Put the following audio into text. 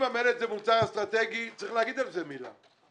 אם המלט זה מוצר אסטרטגי צריך להגיד על זה מילה.